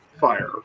fire